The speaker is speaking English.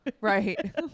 Right